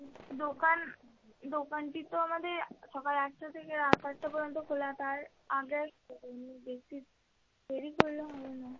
দোকান দোকানটি তো আমাদের সকাল আটটা থেকে রাত আটটা পর্যন্ত খোলা তার আগে বেশি দেরি করলে হবে না